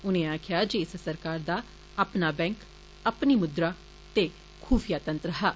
उनें आक्खेआ जे इस सरकार दा अपना बैंक अपनी मुद्रा ते खूफिया तंत्र हा